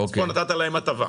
כאן נתת להם הטבה.